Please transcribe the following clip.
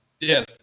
Yes